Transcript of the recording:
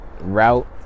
route